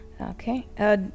Okay